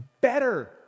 better